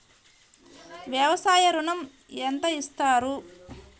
వ్యవసాయ ఋణం ఎంత ఇస్తారు?